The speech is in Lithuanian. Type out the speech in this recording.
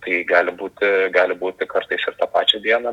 tai gali būti gali būti kartais ir tą pačią dieną